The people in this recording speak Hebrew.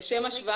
--- שיש עליה